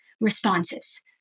responses